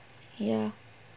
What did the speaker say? ya